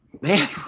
man